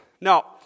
Now